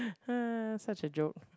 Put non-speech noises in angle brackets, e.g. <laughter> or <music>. <laughs> such a joke